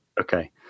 Okay